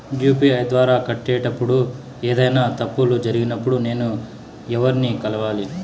UPI ద్వారా కట్టేటప్పుడు ఏదైనా తప్పులు జరిగినప్పుడు నేను ఎవర్ని కలవాలి?